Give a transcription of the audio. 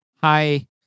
Hi